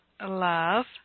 love